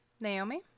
Naomi